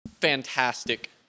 fantastic